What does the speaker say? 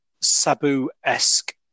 sabu-esque